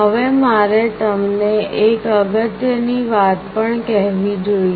હવે મારે તમને એક અગત્યની વાત પણ કહેવી જોઈએ